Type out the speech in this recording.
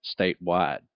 statewide